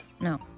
no